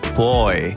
boy